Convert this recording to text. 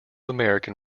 american